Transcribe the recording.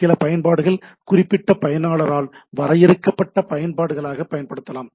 சில பயன்பாடுகள் குறிப்பிட்ட பயனாளரால் வரையறுக்கப்பட்ட பயன்பாடுகளாகப் பயன்படுத்தப்படலாம்